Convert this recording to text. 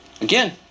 again